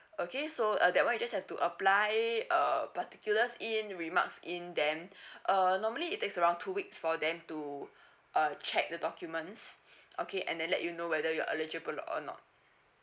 okay so uh that [one] you just have to apply uh particulars in remarks in then uh normally it's take around two weeks for them to uh check the documents okay and then let you know whether you are eligible or not